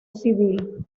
civil